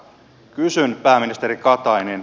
kysyn pääministeri katainen